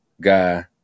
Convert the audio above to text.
guy